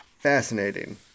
Fascinating